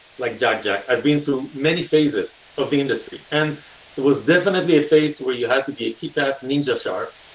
like jack jack, i've been through many phases of the industry. and there was definitely a phase where you had to be a kick-ass ninja sharp,